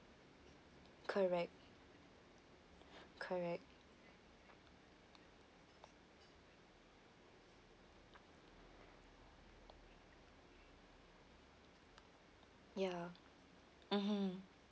correct correct ya mmhmm